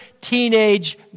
teenage